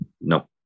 No